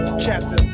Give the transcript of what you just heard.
Chapter